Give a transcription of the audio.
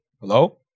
Hello